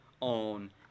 on